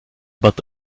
but